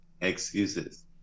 Excuses